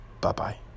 Bye-bye